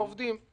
אנחנו לא יודעים.